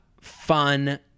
fun